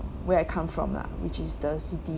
where I come from lah which is the city